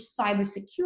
cybersecurity